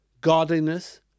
godliness